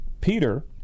Peter